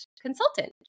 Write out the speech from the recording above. consultant